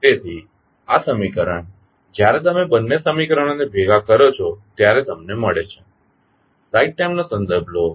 તેથી આ સમીકરણ જ્યારે તમે બંને સમીકરણોને ભેગા કરો છો ત્યારે તમને મળે છે